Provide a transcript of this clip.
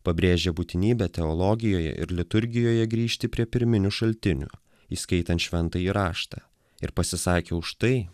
pabrėžė būtinybę teologijoje ir liturgijoje grįžti prie pirminių šaltinių įskaitant šventąjį raštą ir pasisakė už tai